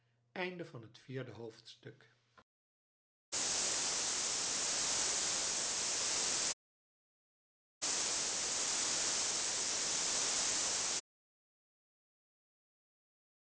slot akkoord van het lied